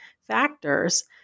factors